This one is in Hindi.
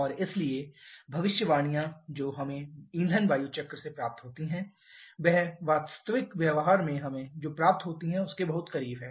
और इसलिए भविष्यवाणियां जो हमें ईंधन वायु चक्र से प्राप्त होती हैं वह वास्तविक व्यवहार में हमें जो प्राप्त होती हैं उसके बहुत करीब है